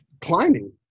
climbing